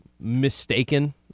mistaken